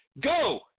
Go